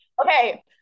Okay